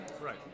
Right